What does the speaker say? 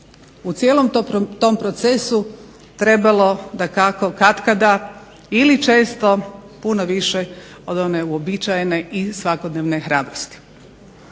u cijelom tom procesu trebalo dakako katkada ili često puno više od one uobičajene i svakodnevne hrabrosti.